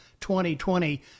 2020